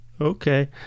Okay